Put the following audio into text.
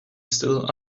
still